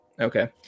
Okay